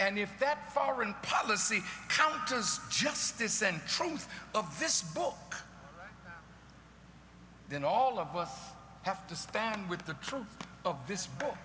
and if that foreign policy counter is justice and truth of this book then all of us have to stand with the truth of this book